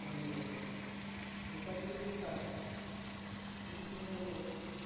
ᱠᱟᱹᱢᱤᱭᱮᱫᱟ ᱱᱚᱝᱠᱟ ᱡᱩᱫᱤ ᱦᱩᱭᱩᱜ ᱠᱷᱟᱱ ᱢᱤᱫ ᱥᱳᱢᱳᱭ ᱟᱵᱚ